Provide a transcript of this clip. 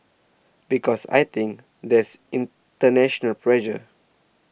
because I think there's international pressure